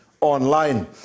online